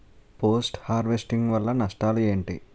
Post harvesting వల్ల నష్టాలు ఏంటి?